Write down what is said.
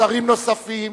ושרים נוספים